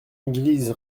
église